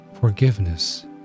forgiveness